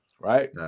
right